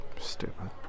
Stupid